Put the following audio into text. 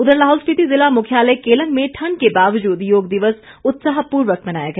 उधर लाहौल स्पिति ज़िला मुख्यालय केलंग में ठंड के बावजूद योग दिवस उत्साहपूर्वक मनाया गया